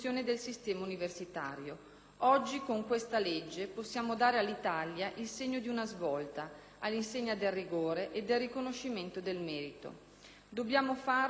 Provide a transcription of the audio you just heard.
Oggi, con questa legge possiamo dare all'Italia il segno di una svolta, all'insegna del rigore e del riconoscimento del merito. Dobbiamo farlo per il futuro di tutti noi,